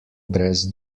brez